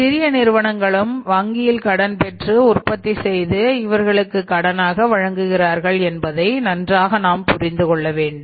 சிறிய நிறுவனங்களும் வங்கியில் கடன் பெற்று உற்பத்தி செய்து இவர்களுக்கு கடனாக வழங்குவார்கள் என்பதை நன்றாக நாம் புரிந்துகொள்ள வேண்டும்